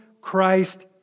Christ